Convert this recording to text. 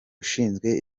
ushinzwe